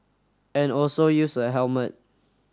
and also use a helmet